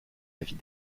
avis